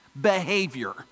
behavior